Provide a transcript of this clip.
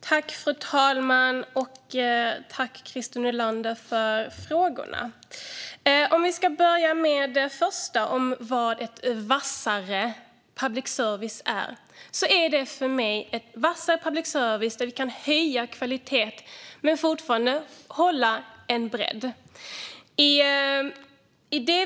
Fru talman! Tack, Christer Nylander, för frågorna! För att börja med den första om vad en vassare public service är så är det för mig en public service där vi kan höja kvaliteten men fortfarande hålla en bredd.